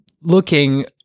looking